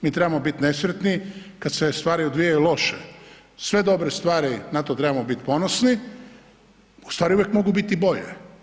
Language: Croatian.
Mi trebamo biti nesretni kad se stvari odvijaju loše, sve dobre stvari, na to trebamo biti ponosni, ustvari uvijek mogu biti bolje.